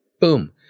boom